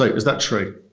is that true?